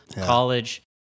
college